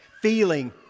Feeling